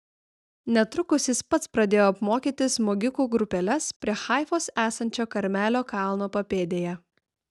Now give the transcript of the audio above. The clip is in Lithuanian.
netrukus jis pats pradėjo apmokyti smogikų grupeles prie haifos esančio karmelio kalno papėdėje